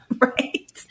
Right